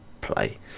play